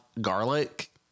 garlic